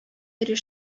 йөри